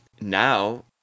now